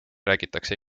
räägitakse